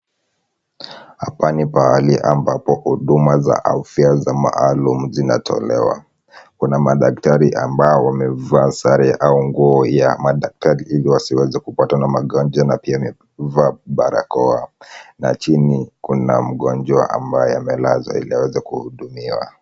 Hapa ni pahali ambapo huduma za afya za maalum zinatolewa. Kuna madaktari ambao wamevaa sare au nguo ya madaktari ili wasiweze kupatwa na magonjwa pia wamevaa barakoa na chini kuna mgonjwa ambaye amelazwa ili aweze kuhudumiwa.